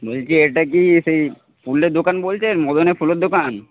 বলছি এটা কি সেই ফুলের দোকান বলছেন মদনের ফুলের দোকান